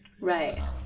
Right